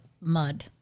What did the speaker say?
mud